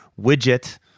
widget